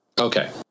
okay